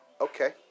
Okay